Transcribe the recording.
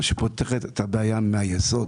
שפותרת את הבעיה מהיסוד.